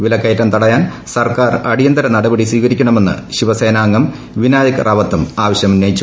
വിലക്കയറ്റം തടയാൻ സർക്കാർ അടിയന്തര നടപടി സ്വീകരിക്കണമെന്ന് ശിവസേനാംഗം വിനായക് റാവത്തും ആവശ്യമുന്നയിച്ചു